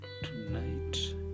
Tonight